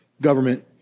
government